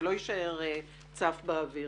זה לא יישאר צף באוויר.